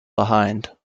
behind